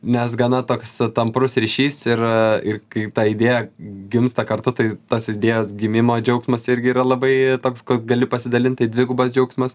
nes gana toks tamprus ryšys ir ir kai ta idėja gimsta kartu tai tas idėjos gimimo džiaugsmas irgi yra labai toks gali pasidalint tai dvigubas džiaugsmas